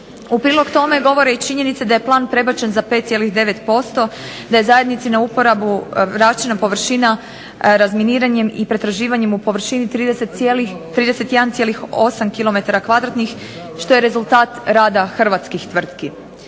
U prilog tome govore i činjenice da je plan prebačen za 5,9% da je zajednici na uporabu vraćena površina razminiranjem i pretraživanjem u površini 31,8 km2 što je rezultat rada hrvatskih tvrtki.